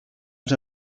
els